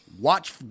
watch